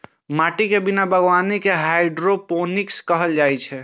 माटिक बिना बागवानी कें हाइड्रोपोनिक्स कहल जाइ छै